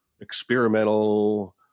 experimental